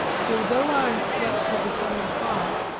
for though i slept till the sun was high,